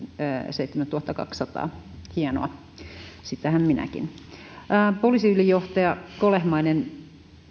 seitsemäntuhattakaksisataa hienoa sitähän minäkin poliisiylijohtaja kolehmainen